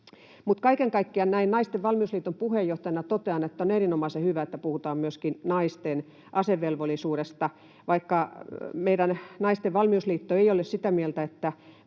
kaiken kaikkiaan näin Naisten Valmiusliiton puheenjohtajana totean, että on erinomaisen hyvä, että puhutaan myöskin naisten asevelvollisuudesta. Vaikka meidän Naisten Valmiusliitto ei ole sitä mieltä, että